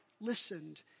listened